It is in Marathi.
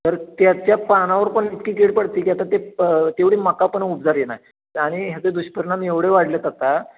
तर त्याच्या पानावर पण इतकी कीड पडते की आता ते प तेवढी मका पण नाही आणि ह्याचे दुष्परिणाम एवढे वाढले आहेत आता